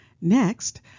Next